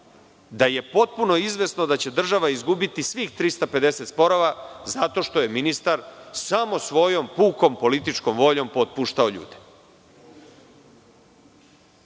da je potpuno izvesno da će država izgubiti svih 350 sporova, zato što je ministar samo svojom pukom političkom voljom otpuštao ljude. Šta